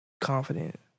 confident